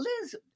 Liz